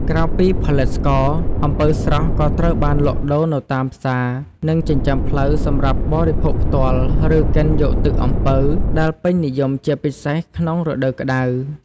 ក្រៅពីផលិតស្ករ អំពៅស្រស់ ក៏ត្រូវបានលក់ដូរនៅតាមផ្សារ និងចិញ្ចើមផ្លូវសម្រាប់បរិភោគផ្ទាល់ ឬកិនយកទឹកអំពៅ ដែលពេញនិយមជាពិសេសក្នុងរដូវក្តៅ។